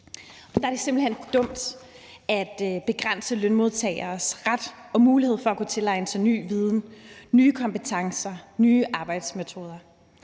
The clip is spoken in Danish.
Der er det simpelt hen dumt at begrænse lønmodtageres ret til og mulighed for at kunne tilegne sig ny viden, nye kompetencer og nye arbejdsmetoder.